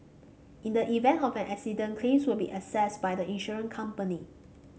in the event of an accident claim will be assessed by the insurance company